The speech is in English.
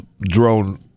drone